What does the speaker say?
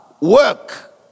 work